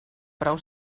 prou